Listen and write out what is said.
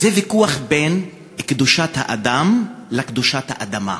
זה ויכוח על קדושת האדם או קדושת האדמה.